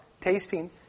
Tasting